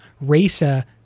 Rasa